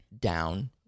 down